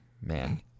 Man